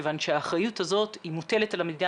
כיוון שהאחריות הזאת היא מוטלת על המדינה